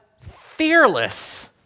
fearless